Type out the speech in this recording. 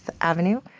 Avenue